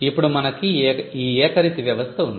ఇప్పుడు మనకు ఈ ఏకరీతి వ్యవస్థ ఉంది